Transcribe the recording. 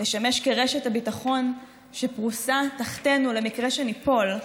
לשמש רשת הביטחון שפרוסה תחתיו למקרה שייפול,